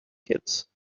kids